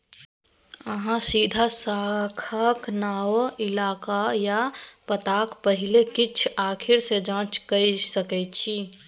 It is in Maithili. अहाँ सीधा शाखाक नाओ, इलाका या पताक पहिल किछ आखर सँ जाँच कए सकै छी